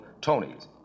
Tonys